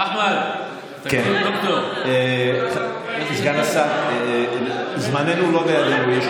אחמד, תקשיב טוב טוב, סגן השר, זמננו לא בידינו.